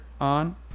on